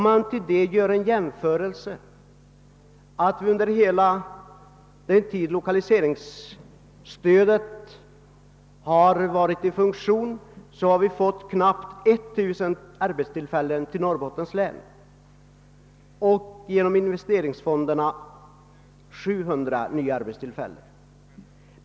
Man kan jämföra den siffran med att under hela den tid lokaliseringsstöd utgått har vi till Norrbottens län fått knappt 1000 och genom investeringsfonderna 700 nya arbetstillfällen.